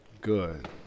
Good